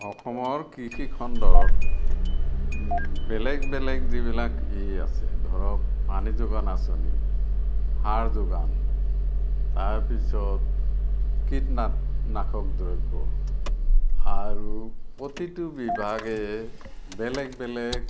অসমৰ কৃষিখণ্ডৰ বেলেগ বেলেগ যিবিলাক ই আছে ধৰক পানী যোগান আঁচনি সাৰ যোগান তাৰ পিছত কীট নাশক দ্ৰব্য আৰু প্ৰতিটো বিভাগে বেলেগ বেলেগ